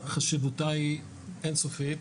חשיבותה היא אין-סופית.